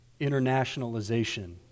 internationalization